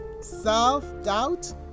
self-doubt